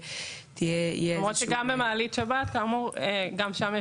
ויהיה --- למרות שגם במעלית שבת יש אלמנט